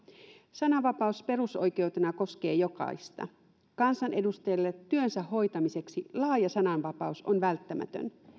sananvapaus perusoikeutena koskee jokaista kansanedustajille työnsä hoitamiseksi laaja sananvapaus on välttämätön